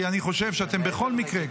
כי אני חושב שאתם בכל מקרה,